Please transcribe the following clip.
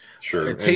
Sure